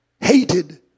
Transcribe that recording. hated